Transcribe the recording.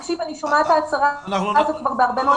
אני שומעת את ההצהרה הזאת בהרבה מאוד הזדמנויות.